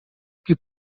più